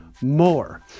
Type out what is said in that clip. more